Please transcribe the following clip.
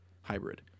hybrid